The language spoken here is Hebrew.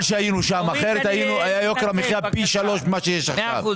אחרת היה יוקר המחיה פי שלושה ממה שיש עכשיו.